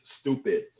stupid